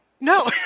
No